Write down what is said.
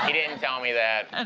didn't tell me that. and